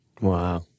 wow